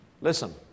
Listen